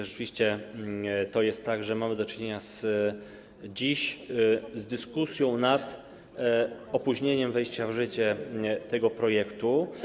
Rzeczywiście to jest tak, że mamy do czynienia dziś z dyskusją nad opóźnieniem wejścia w życie tego projektu.